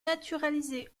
naturalisée